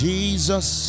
Jesus